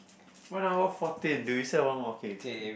one hour fourteen do we still have one more okay